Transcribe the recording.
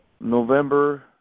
November